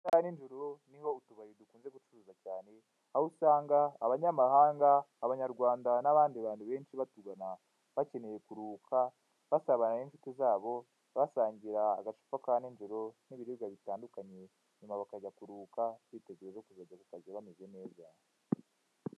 Mu masaha ya n' ijoro niho utubari dukunze gucuruza cyane aho usanga abanyamahanga, abanyarwanda n' abandi bantu benshi batugana bakeneye kuruka basabana n' inshuti zabo basangira agacupa ka n' ijoro n' ibiribwa bitandukanye nyuma bakajya kuruhuka biteguye ejo kujya kukazi neza.